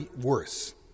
worse